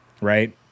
right